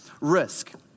risk